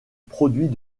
produit